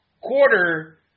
quarter